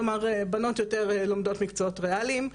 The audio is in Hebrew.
כלומר בנות יותר לומדות מקצועות ריאליים.